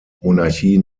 monarchie